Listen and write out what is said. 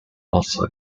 also